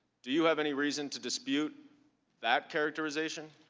do you have any reason to dispute that characterization?